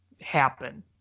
happen